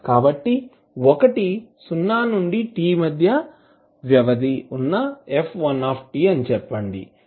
కాబట్టి ఒకటి 0 నుండి t మధ్య వ్యవధి ఉన్న f1t అని చెప్పండి